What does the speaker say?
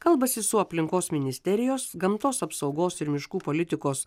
kalbasi su aplinkos ministerijos gamtos apsaugos ir miškų politikos